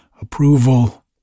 approval